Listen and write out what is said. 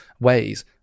ways